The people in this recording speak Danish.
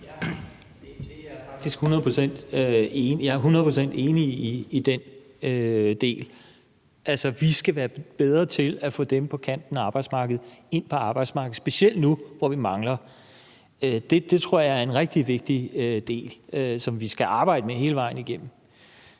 Jeg er faktisk hundrede procent enig i den del. Altså, vi skal være bedre til at få dem på kanten af arbejdsmarkedet ind på arbejdsmarkedet – specielt nu, hvor vi mangler dem. Det tror jeg er en rigtig vigtig del, som vi skal arbejde med hele vejen igennem.